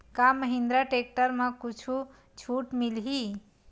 का महिंद्रा टेक्टर म कुछु छुट मिलही?